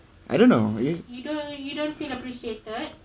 I don't know eh